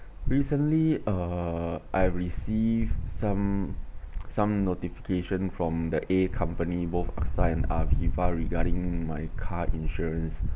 recently uh I receive some some notification from the a company both A_X_A and Aviva regarding my car insurance